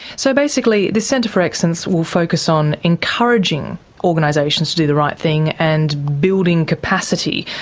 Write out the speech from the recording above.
so basically the centre for excellence will focus on encouraging organisations to do the right thing and building capacity.